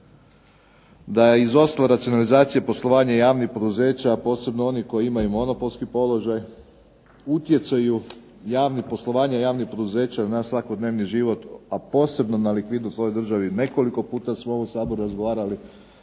Da je izostala racionalizacija poslovanja javnih poduzeća, a posebno onih koji imaju monopolski položaj. Utjecaj javnih poduzeća na svakodnevni život, a posebno na likvidnost u ovoj državi. Nekoliko smo puta u ovom Saboru razgovarali,